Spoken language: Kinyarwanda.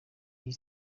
iyi